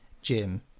Jim